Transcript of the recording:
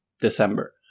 December